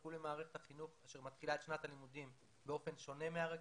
שיצטרפו למערכת החינוך אשר מתחילה את שנת הלימודים באופן שונה מהרגיל,